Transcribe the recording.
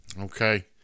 Okay